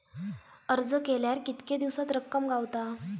अर्ज केल्यार कीतके दिवसात रक्कम गावता?